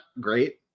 great